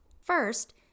First